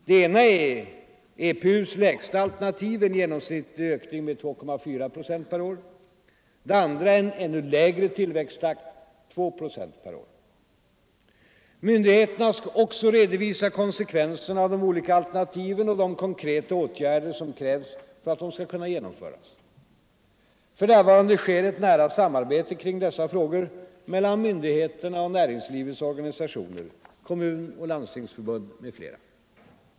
Det ena är EPU:s lägsta alternativ och det andra innebär ännu lägre tillväxttakt . Myndigheterna skall också redovisa konsekvenserna av de olika alternativen och de konkreta åtgärder som krävs för att de skall kunna genomföras. För närvarande sker ett nära samarbete kring dessa frågor mellan myndigheterna och näringslivets organisationer, kommunoch landstingsförbunden m.fl.